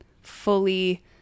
fully